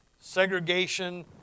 segregation